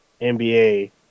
NBA